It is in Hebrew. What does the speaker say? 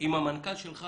המנכ"ל שלך